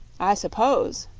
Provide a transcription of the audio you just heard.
i suppose,